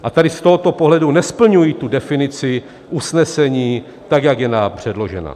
A tady z tohoto pohledu nesplňují definici usnesení tak, jak je nám předložena.